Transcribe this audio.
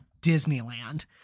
Disneyland